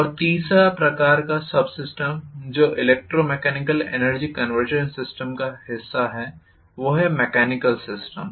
और तीसरे प्रकार का सबसिस्टम जो ईलेक्ट्रोमेकेनिकल एनर्जी सिस्टम का हिस्सा है वो है मेकेनिकल सिस्टम